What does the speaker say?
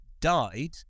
died